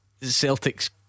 Celtic's